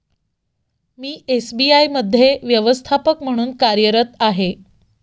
मी SBI मध्ये व्यवस्थापक म्हणून कार्यरत आहे